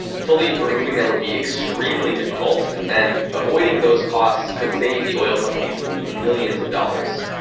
fully removing them would be extremely difficult and avoiding those costs could save the oil companies millions of dollars.